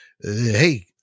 hey